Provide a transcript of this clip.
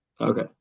Okay